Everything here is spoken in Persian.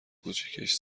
کوچیکش